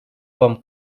вам